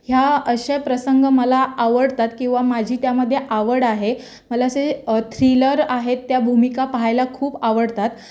ह्या अशा प्रसंग मला आवडतात किंवा माझी त्यामध्ये आवड आहे मला असे थ्रिलर आहेत त्या भूमिका पाहायला खूप आवडतात